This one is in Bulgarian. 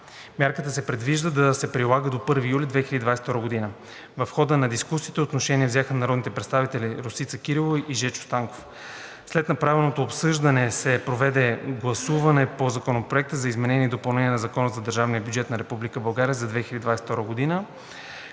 Мярката се предвижда да се прилага от 1 юли 2022 г. В хода на дискусията отношение взеха народните представители Росица Кирова и Жечо Станков. След направеното обсъждане се проведе гласуване по Законопроекта за изменение и допълнение на Закона за държавния